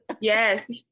Yes